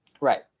Right